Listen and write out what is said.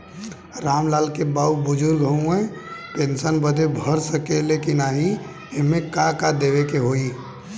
राम लाल के बाऊ बुजुर्ग ह ऊ पेंशन बदे भर सके ले की नाही एमे का का देवे के होई?